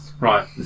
Right